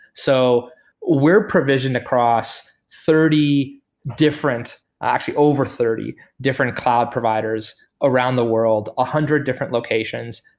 so we're provisioned across thirty different actually, over thirty different cloud providers around the world, a hundred different locations.